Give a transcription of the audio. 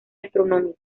astronómico